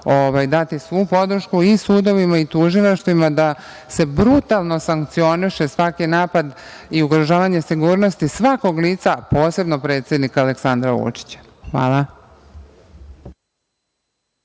dati svu podršku i sudovima i tužilaštvima da se brutalno sankcioniše svaki napad i ugrožavanje sigurnosti svakog lica, a posebno predsednika Aleksandra Vučića. Hvala.